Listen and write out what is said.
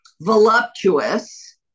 voluptuous